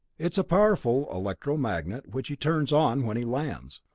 it's a powerful electro-magnet which he turns on when he lands.